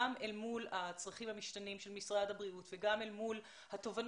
גם אל מול הצרכים המשתנים של משרד הבריאות וגם אל מול התובנות,